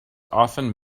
often